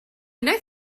wnaeth